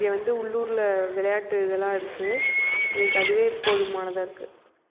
இங்கே வந்து உள்ளூரில் விளையாட்டு இதெல்லாம் இருக்குது எங்களுக்கு அதுவே போதுமானதாக இருக்குது